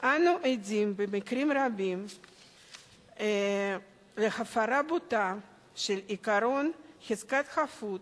אנו עדים במקרים רבים להפרה בוטה של עקרון חזקת החפות,